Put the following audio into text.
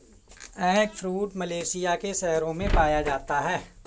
eggfruit Malaysia के शहरों में पाया जाता है